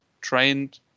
trained